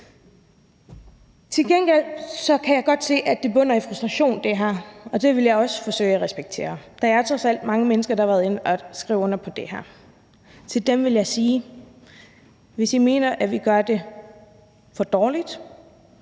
Til gengæld kan jeg godt se, at det her bunder i frustration, og det vil jeg også forsøge at respektere. Der er trods alt mange mennesker, der har været inde at skrive under på det her. Til dem vil jeg sige: Hvis I mener, at vi gør det for dårligt,